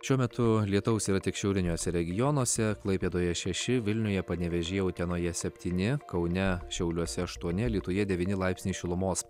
šiuo metu lietaus yra tik šiauriniuose regionuose klaipėdoje šeši vilniuje panevėžyje utenoje septyni kaune šiauliuose aštuoni alytuje devyni laipsniai šilumos